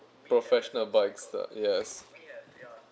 professional bikes uh yes